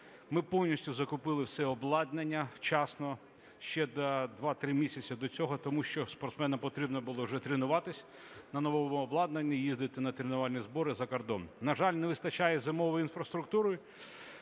Ми повністю закупили все обладнання вчасно, ще за 2-3 місяці до цього, тому що спортсменам потрібно було вже тренуватись на новому обладнанні і їздити на тренувальні збори за кордон. На жаль, не вистачає зимової інфраструктури,